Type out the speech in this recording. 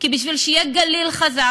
כי בשביל שיהיה גליל חזק,